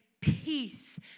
peace